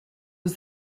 was